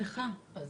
סליחה?